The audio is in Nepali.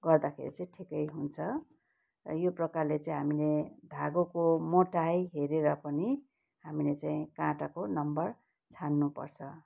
गर्दाखेरि चाहिँ ठिकै हुन्छ यो प्रकारले चाहिँ हामीले धागोको मोटाइ हेरेर पनि हामीले चाहिँ काँटाको नम्बर छान्नुपर्छ